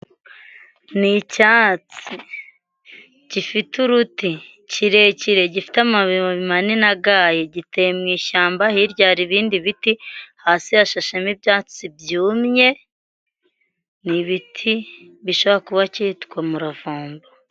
Ni icyatsi gifite uruti kirekire. Gifite amabibi manini agaye. Giteye mu ishyamba, hirya hari ibindi biti ,hasi hashashemo ibyatsi byumye, ni ibiti bishobora kuba cyitwa umuravumba.